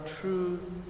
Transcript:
true